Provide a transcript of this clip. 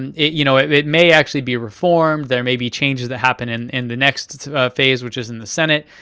and you know it may actually be reformed, there may be changes that happen in in the next phase, which is in the senate.